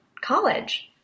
college